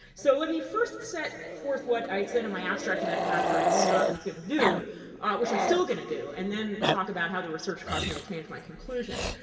so let me first set forth what i said in my abstract in that conference i was going to do which i'm still going to do and then talk about how the research caused me to change my conclusions.